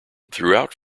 throughout